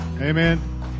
Amen